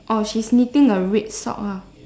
oh she's knitting a red sock ah